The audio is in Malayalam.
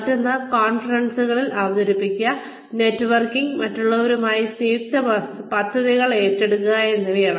മറ്റൊന്ന് കോൺഫറൻസുകളിൽ അവതരിപ്പിക്കുക നെറ്റ്വർക്കിംഗ് മറ്റുള്ളവരുമായി സംയുക്ത പദ്ധതികൾ ഏറ്റെടുക്കുക എന്നിവയാണ്